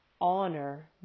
honor